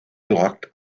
locked